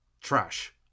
trash